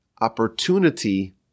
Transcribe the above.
opportunity